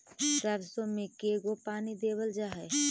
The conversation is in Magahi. सरसों में के गो पानी देबल जा है?